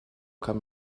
kann